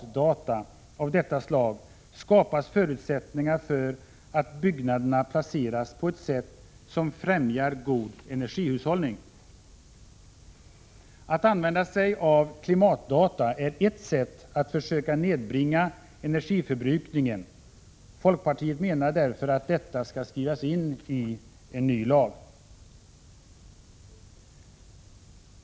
1986/87:36 detta slag skapar man förutsättningar för att byggnaderna placeras på ett sätt 26 november 1986 som främjar god energihushållning. Att använda sig av klimatdata är ett sätt. I pg att försöka nedbringa energiförbrukningen. Folkpartiet menar därför att detta skall skrivas in i en ny lag.